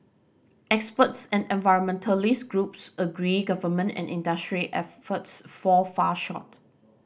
experts and environmentalist groups agree government and industry efforts fall far short